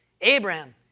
Abraham